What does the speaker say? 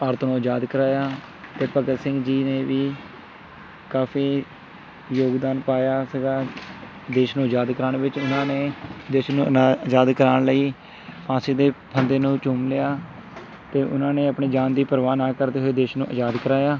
ਭਾਰਤ ਨੂੰ ਆਜ਼ਾਦ ਕਰਵਾਇਆ ਤੇ ਭਗਤ ਸਿੰਘ ਜੀ ਨੇ ਵੀ ਕਾਫ਼ੀ ਯੋਗਦਾਨ ਪਾਇਆ ਸੀਗਾ ਦੇਸ਼ ਨੂੰ ਆਜ਼ਾਦ ਕਰਵਾਉਣ ਵਿੱਚ ਉਹਨਾਂ ਨੇ ਦੇਸ਼ ਨੂੰ ਨਾ ਆਜ਼ਾਦ ਕਰਵਾਉਣ ਲਈ ਫਾਂਸੀ ਦੇ ਫੰਦੇ ਨੂੰ ਚੁੰਮ ਲਿਆ ਅਤੇ ਉਹਨਾਂ ਨੇ ਆਪਣੀ ਜਾਨ ਦੀ ਪਰਵਾਹ ਨਾ ਕਰਦੇ ਹੋਏ ਦੇਸ਼ ਨੂੰ ਆਜ਼ਾਦ ਕਰਾਇਆ